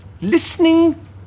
listening